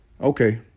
Okay